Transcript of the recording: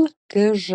lkž